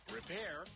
repair